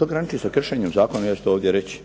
To graniči sa kršenjem zakona, ja ću to ovdje reći.